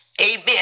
Amen